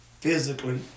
physically